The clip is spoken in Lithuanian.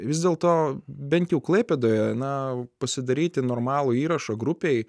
vis dėl to bent jau klaipėdoje na pasidaryti normalų įrašą grupei